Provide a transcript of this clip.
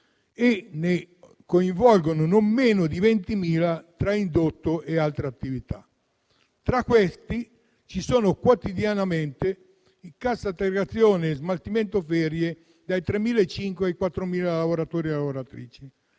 e coinvolgono non meno di ventimila tra indotto e altre attività. Tra questi ci sono quotidianamente, in cassa integrazione e smaltimento ferie, tra 3.500-4.000 lavoratori e lavoratrici.